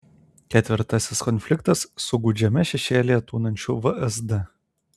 ketvirtasis konfliktas su gūdžiame šešėlyje tūnančiu vsd